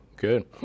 Good